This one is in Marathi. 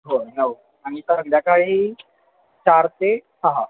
हो नऊ आणि संध्याकाळी चार ते सहा